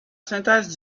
synthèse